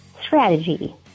strategy